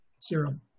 serum